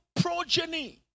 progeny